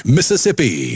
Mississippi